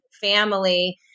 family